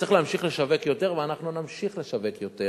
וצריך להמשיך לשווק יותר ואנחנו נמשיך לשווק יותר.